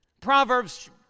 Proverbs